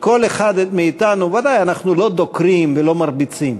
כל אחד מאתנו, ודאי, אנחנו לא דוקרים ולא מרביצים,